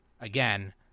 again